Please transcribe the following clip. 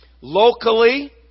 locally